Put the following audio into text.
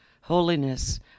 Holiness